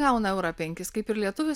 gauna eurą penkis kaip ir lietuvis